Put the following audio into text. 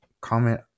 comment